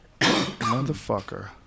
Motherfucker